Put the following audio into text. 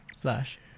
Flash